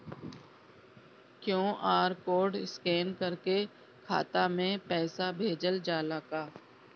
QR code scan करके खाता में पैसा भेजल जाला का?